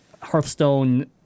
Hearthstone